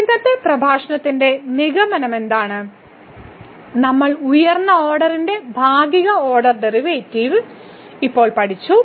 ഇന്നത്തെ പ്രഭാഷണത്തിന്റെ നിഗമനമെന്താണ് ഉയർന്ന ഓർഡറിന്റെ ഭാഗിക ഓർഡർ ഡെറിവേറ്റീവ് ഇപ്പോൾ പഠിച്ചു